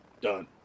Done